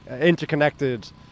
interconnected